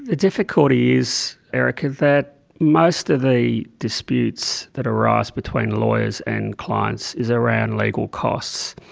the difficulty is, erica, that most of the disputes that arise between lawyers and clients is around legal costs.